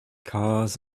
cars